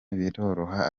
biroroha